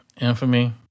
Infamy